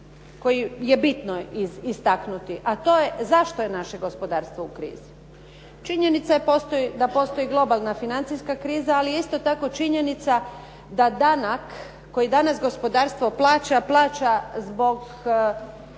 koji je bitno istaknuti a to je zašto je naše gospodarstvo u krizi. Činjenica je da postoji globalna financijska kriza ali je isto tako činjenica da danak koji danas gospodarstvo plaća plaća zbog